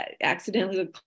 accidentally